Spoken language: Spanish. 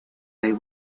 del